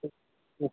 ആ ആ